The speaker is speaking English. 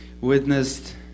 witnessed